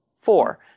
four